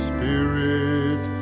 Spirit